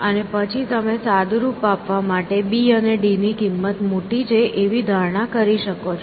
અને પછી તમે સાદુંરૂપ આપવા માટે b અને d ની કિંમત મોટી છે એવી ધારણા કરી શકો છો